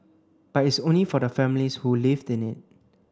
but it's only for the families who live in it